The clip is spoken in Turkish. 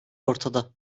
ortada